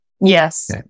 Yes